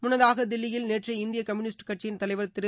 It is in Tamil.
முன்னதாக தில்லியில் நேற்று இந்திய கம்யூனிஸ்ட் கட்சியின் தலைவர் திரு